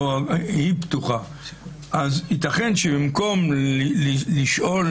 ייתכן שבמקום לשאול